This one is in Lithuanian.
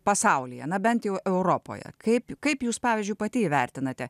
pasaulyje na bent jau europoje kaip kaip jūs pavyzdžiui pati įvertinate